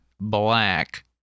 black